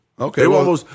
Okay